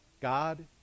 God